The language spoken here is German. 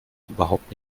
überhaupt